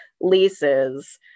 leases